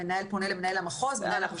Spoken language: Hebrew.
המנהל פונה למנהל המחוז והוא פונה.